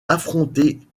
affronter